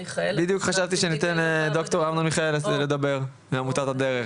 בדיוק חשבתי שניתן לדוקטור אמנון מיכאל לדבר מעמותת הדרך.